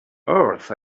earth